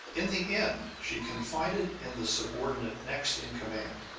in the end she confided in the subordinate next in command